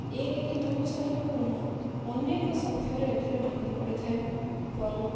ଏକ କି ଦୁଇ ସଂଖ୍ୟାକ ନୁହଁ ଅନେକ ସଂଖ୍ୟରେ ଏଠାରେ ଦୋକାନ ପଡ଼ିଥାଏ ଏବଂ